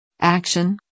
Action